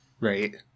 right